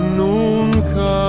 nunca